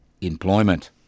employment